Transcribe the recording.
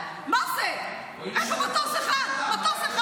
מה היה ב-7 באוקטובר?